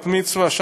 בת-מצווה,